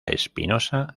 espinosa